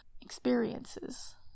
experiences